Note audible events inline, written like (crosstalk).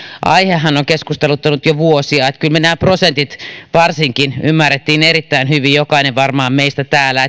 aihehan on keskusteluttanut jo vuosia niin että kyllä me nämä prosentit varsinkin ymmärsimme erittäin hyvin jokainen varmaan meistä täällä (unintelligible)